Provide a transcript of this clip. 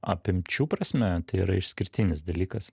apimčių prasme tai yra išskirtinis dalykas